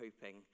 hoping